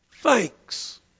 thanks